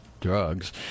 drugs